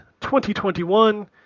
2021